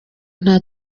nta